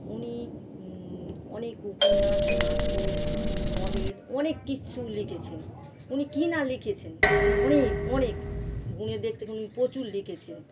উনি অনেক উপন্যাস নাটক নভেল অনেক কিছু লিখেছেন উনি কি না লিখেছেন উনি অনেক অনেক গুনের দিক থেকে উনি প্রচুর লিখেছেন